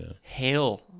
hail